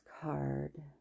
card